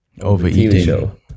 overeating